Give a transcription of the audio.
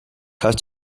have